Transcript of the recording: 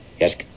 Yes